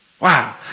Wow